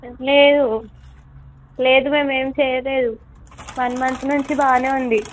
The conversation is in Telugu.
లేదు లేదు మేము ఏం చేయలేదు వన్ మంత్ నుంచి బాగానే ఉంది